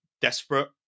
desperate